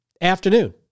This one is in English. afternoon